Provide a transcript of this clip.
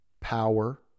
power